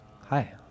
Hi